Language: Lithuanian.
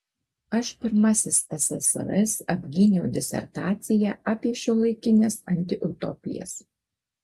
aš pirmasis ssrs apgyniau disertaciją apie šiuolaikines antiutopijas